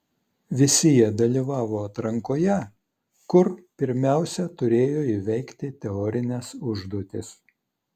visi jie dalyvavo atrankoje kur pirmiausia turėjo įveikti teorines užduotis